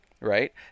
right